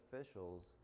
officials